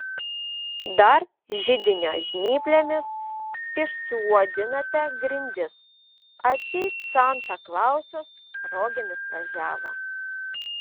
dar židinio žnyplėmis išsuodinate grindis atseit santa klausas rogėmis važiavo